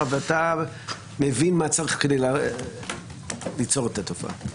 ואתה מבין מה צריך כדי לעצור את התופעה.